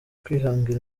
kwihangira